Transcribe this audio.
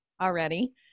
already